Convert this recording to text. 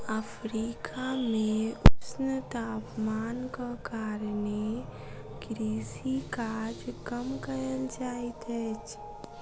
Africa मे ऊष्ण तापमानक कारणेँ कृषि काज कम कयल जाइत अछि